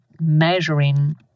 measuring